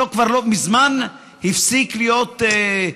כבוד היושב-ראש,